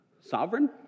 Sovereign